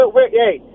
Hey